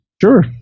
Sure